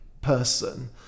Person